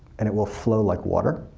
and it will flow like water.